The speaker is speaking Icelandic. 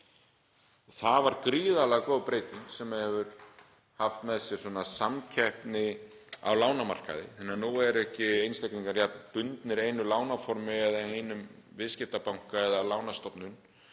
Það var gríðarlega góð breyting sem hefur haft í för með sér samkeppni á lánamarkaði þannig að nú eru einstaklingar ekki jafn bundnir einu lánaformi eða einum viðskiptabanka eða lánastofnun.